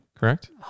correct